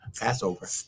Passover